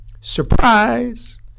surprise